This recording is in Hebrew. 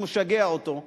הוא משגע אותו,